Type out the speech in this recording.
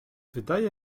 wydaje